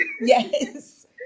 Yes